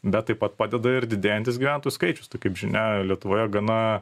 bet taip pat padeda ir didėjantis gyventojų skaičiustai kaip žinia lietuvoje gana